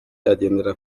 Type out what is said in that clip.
agendera